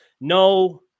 no